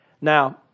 Now